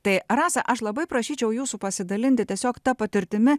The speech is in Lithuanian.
tai rasa aš labai prašyčiau jūsų pasidalinti tiesiog ta patirtimi